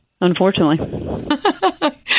Unfortunately